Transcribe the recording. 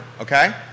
okay